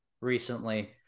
recently